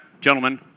gentlemen